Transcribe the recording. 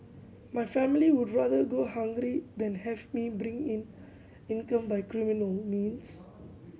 my family would rather go hungry than have me bring in income by criminal means